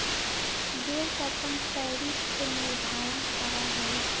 देश अपन टैरिफ के निर्धारण करा हई